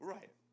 Right